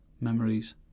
memories